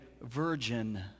virgin